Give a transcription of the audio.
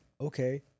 Okay